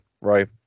right